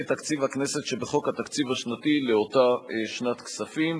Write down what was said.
תקציב הכנסת שבחוק התקציב השנתי לאותה שנת כספים.